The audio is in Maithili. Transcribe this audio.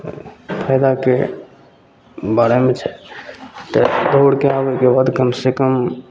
फायदाके बारेमे छै तऽ दौड़के आबैके बाद कमसे कम